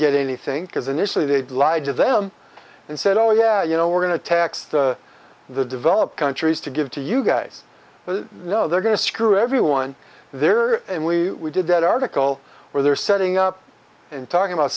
get anything because initially they've lied to them and said oh yeah you know we're going to tax the developed countries to give to you guys who know they're going to screw everyone there and we did that article where they're setting up and talking about